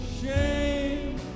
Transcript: shame